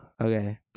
okay